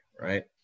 right